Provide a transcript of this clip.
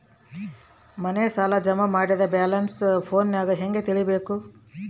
ಮನೆ ಸಾಲ ಜಮಾ ಮಾಡಿದ ಬ್ಯಾಲೆನ್ಸ್ ಫೋನಿನಾಗ ಹೆಂಗ ತಿಳೇಬೇಕು?